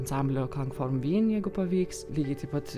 ansamblio kankvom vyn jeigu pavyks lygiai taip pat